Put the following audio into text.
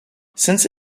since